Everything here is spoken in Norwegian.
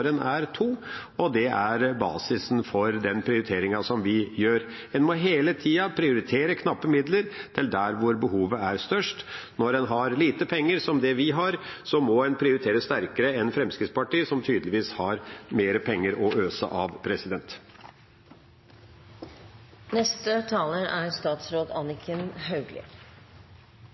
en er to. Det er basisen for den prioriteringa vi gjør. En må hele tida prioritere knappe midler til der hvor behovet er størst. Når en har lite penger, som det vi har, må en prioritere sterkere enn Fremskrittspartiet, som tydeligvis har mer penger å øse av.